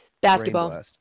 Basketball